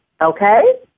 okay